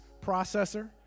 processor